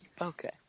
Okay